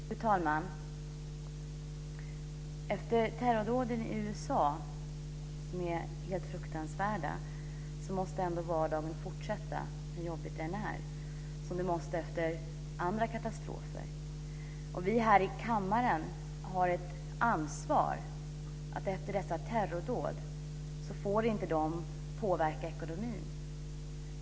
Fru talman! Efter terrordåden i USA, som är helt fruktansvärda, måste ändå vardagen fortsätta hur jobbigt det än är, precis som den måste efter andra katastrofer. Och vi här i kammaren har ett ansvar för att dessa terrordåd inte får påverka ekonomin.